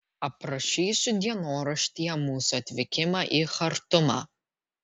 aprašysiu dienoraštyje mūsų atvykimą į chartumą